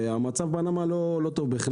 המצב בנמל לא טוב.